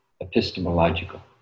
epistemological